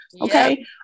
Okay